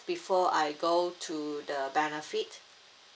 before I go to the benefit